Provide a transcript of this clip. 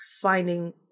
finding